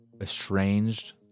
estranged